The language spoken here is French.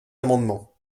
amendements